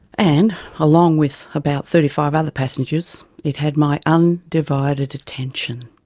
and, along with about thirty five other passengers, it had my undivided attention.